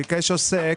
ביקש עוסק.